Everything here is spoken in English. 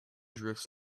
drifts